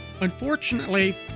Unfortunately